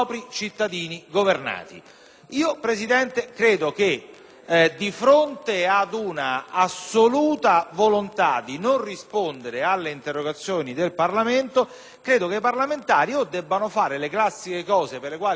di fronte ad un'assoluta volontà di non rispondere alle interrogazioni del Parlamento, o i parlamentari dovranno compiere le classiche azioni per le quali finiscono sulle pagine dei giornali, in modo tale da attirare l'attenzione,